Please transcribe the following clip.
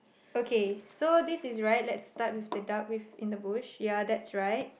okay so this is right let's start with the duck with in the bush ya that's right